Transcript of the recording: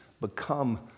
become